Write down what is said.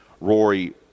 Rory